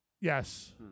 Yes